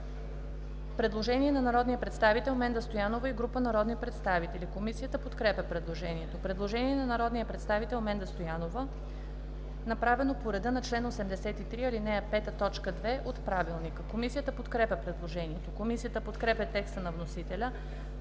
предложение на народния представител Менда Стоянова и група народни представители. Комисията подкрепя предложението. Има предложение на народния представител Менда Стоянова, направено по реда на чл. 83, ал. 5, т. 2 от ПОДНС. Комисията подкрепя предложението. Комисията подкрепя текста на вносителя